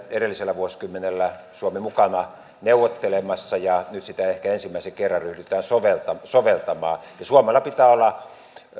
edellisellä vuosikymmenellä oli mukana neuvottelemassa ja nyt sitä ehkä ensimmäisen kerran ryhdytään soveltamaan soveltamaan suomella pitää olla